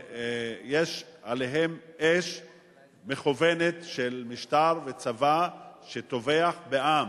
שיש עליהם אש מכוונת של משטר וצבא שטובח בעם.